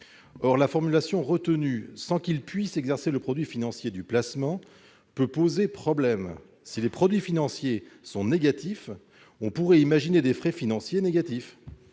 Or la formulation retenue « sans qu'ils puissent excéder le produit financier du placement » peut poser problème. Si les produits financiers sont négatifs, on pourrait imaginer des frais financiers négatifs.